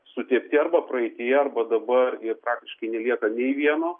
sutepti arba praeityje arba dabar ir praktiškai nelieka nei vieno